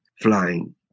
flying